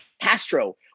Castro